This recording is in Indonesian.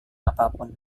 apapun